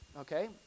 okay